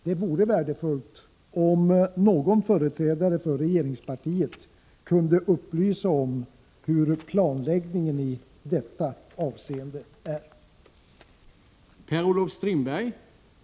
Det vore värdefullt, om någon företrädare för regeringspartiet kunde upplysa om hur planläggningen i detta avseende är tänkt.